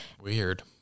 weird